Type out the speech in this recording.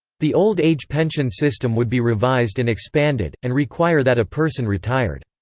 the old-age pension system would be revised and expanded, and require that a person retired.